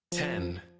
Ten